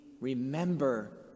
remember